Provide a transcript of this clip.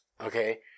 okay